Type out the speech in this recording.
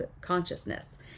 consciousness